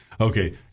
Okay